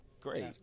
Great